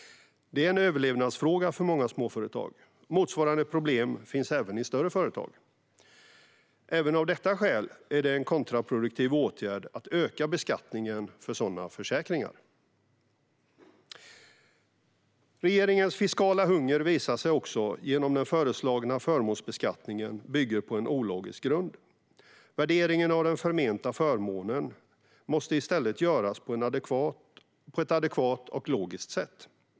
Det är en överlevnadsfråga för många småföretag. Motsvarande problem finns även i större företag. Även av detta skäl är det en kontraproduktiv åtgärd att öka beskattningen av sådana försäkringar. Regeringens fiskala hunger visar sig också genom att den föreslagna förmånsbeskattningen bygger på en ologisk grund. Värderingen av den förmenta förmånen måste i stället göras på ett adekvat och logiskt sätt.